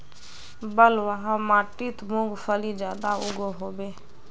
बलवाह माटित मूंगफली ज्यादा उगो होबे?